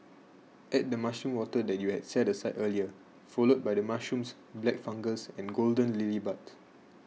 add the mushroom water that you had set aside earlier followed by the mushrooms black fungus and golden lily buds